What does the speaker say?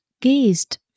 gazed